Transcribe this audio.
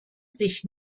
sich